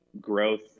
growth